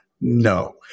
no